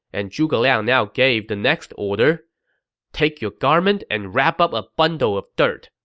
and zhuge liang now gave the next order take your garment and wrap up a bundle of dirt,